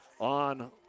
on